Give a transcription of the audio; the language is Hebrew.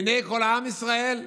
לעיני כל עם ישראל לרמות.